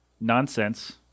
nonsense